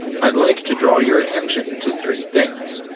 i'd like to draw your attention to three things.